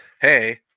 hey